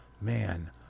man